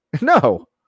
No